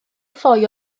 ffoi